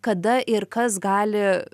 kada ir kas gali